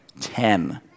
ten